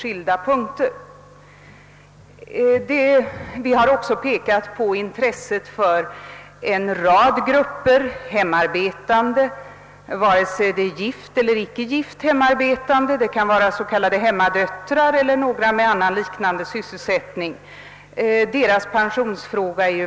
Vi har också pekat på att pensionsfrågorna för en rad grupper av hemarbetande ingalunda är lösta — det gäller gifta och ogifta, det gäller de s.k. hemmadöttrarna och flera liknande grupper.